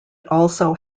also